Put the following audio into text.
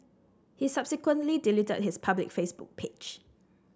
he subsequently deleted his public Facebook page